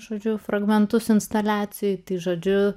žodžiu fragmentus instaliacijų žodžiu